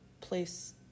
place